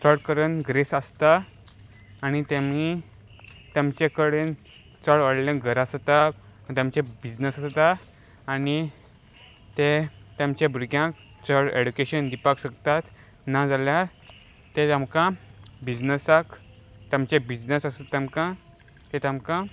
चड करून ग्रेस आसता आनी तेमी तेमचे कडेन चड व्हडलें घर आसता तेचे बिजनस आसता आनी ते तेमच्या भुरग्यांक चड एडुकेशन दिवपाक शकतात ना जाल्या ते आमकां बिजनसाक ताचे बिजनस तेमकां ते तेमकां